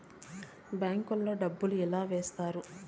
bank లో డబ్బులు ఎలా వేస్తారు